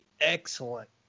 excellent